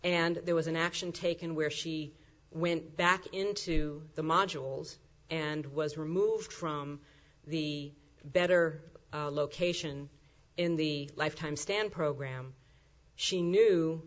and there was an action taken where she went back into the modules and was removed from the better location in the life time stamp program she knew